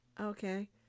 Okay